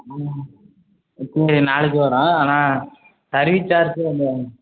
ம் இப்போ இல்லை நாளைக்கு வர்றோம் ஆனால் சர்வீஸ் சார்ஜு இந்த